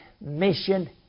mission